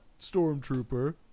stormtrooper